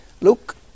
look